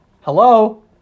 Hello